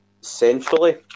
Centrally